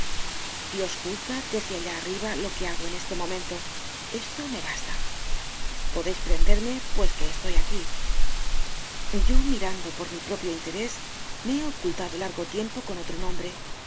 dios juzga desde allá arriba lo que hago en este momento esto me basta podéis prenderme pues que estoy aquí yo mirando por mi propio interés me he ocultado largo tiempo con otro nombre